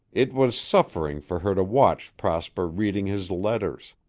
it was suffering for her to watch prosper reading his letters,